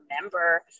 remember